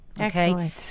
Okay